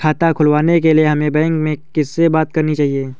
खाता खुलवाने के लिए हमें बैंक में किससे बात करनी चाहिए?